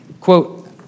Quote